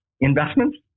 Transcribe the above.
investments